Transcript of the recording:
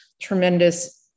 tremendous